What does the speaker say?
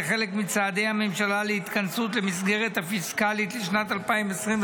כחלק מצעדי הממשלה להתכנסות למסגרות הפיסקליות לשנת 2025,